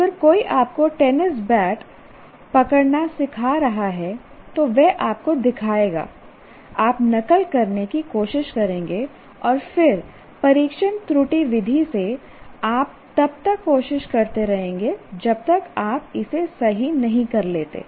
अगर कोई आपको टेनिस बैट पकड़ना सिखा रहा है तो वह आपको दिखाएगा आप नकल करने की कोशिश करेंगे और फिर परीक्षण त्रुटि विधि से आप तब तक कोशिश करते रहेंगे जब तक आप इसे सही नहीं कर लेते